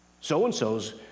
So-and-so's